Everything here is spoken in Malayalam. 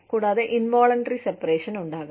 കൂടാതെ ഇൻവോളണ്ടറി സെപറേഷൻ ഉണ്ടാകാം